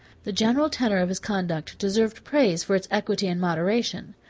the general tenor of his conduct deserved praise for its equity and moderation.